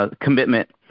Commitment